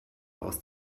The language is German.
aus